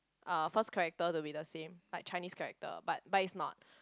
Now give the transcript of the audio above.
ah first character to be the same like Chinese character but but it's not